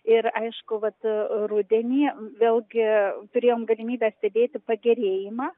ir aišku vat rudenį vėl gi turėjom galimybę stebėti pagerėjimą